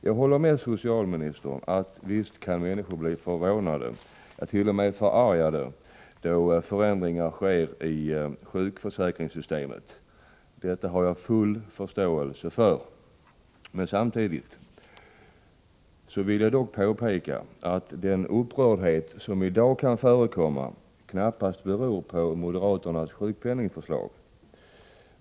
Jag håller med socialministern om att människor kan bli förvånade, t.o.m. förargade då förändringar sker i sjukförsäkringssystemet. Det har jag full förståelse för. Samtidigt vill jag dock påpeka att den upprördhet som i dag kan förekomma knappast beror på moderaternas sjukpenningförslag.